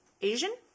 Asian